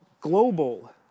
global